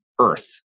earth